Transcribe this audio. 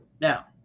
Now